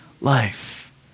life